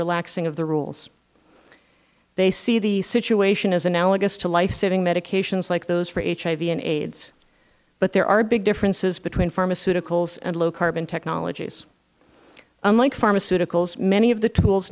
relaxing of the rules they see the situation as analogous to life saving medications like those for hiv and aids but there are big differences between pharmaceuticals and low carbon technologies unlike pharmaceuticals many of the tools